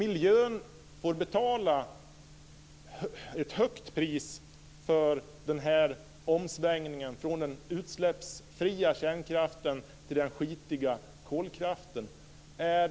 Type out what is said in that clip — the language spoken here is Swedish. Miljön får betala ett högt pris för den omsvängningen från den utsläppsfria kärnkraften till den skitiga kolkraften.